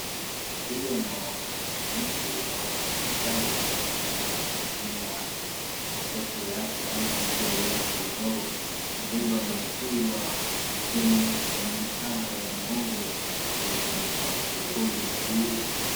Kwa vile naona mtu au mfnayikazi ambaye anatumia kokoto yake ama hii gari yake ndogo kubeba maziwa kwenye shamba ya ng'ombe na kupeleka kwa sokoni kuuza.